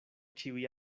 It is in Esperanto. ĉiuj